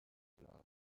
love